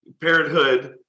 Parenthood